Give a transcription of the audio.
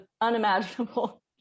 unimaginable